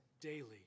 daily